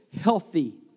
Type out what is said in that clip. healthy